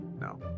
No